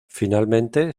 finalmente